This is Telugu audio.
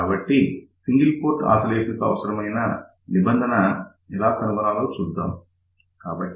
కాబట్టి సింగల్ పోర్ట్ ఆసిలేషన్ కు అవసరమైన నిబంధన ఎలా కనుగొనాలో చూద్దాం